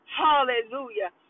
hallelujah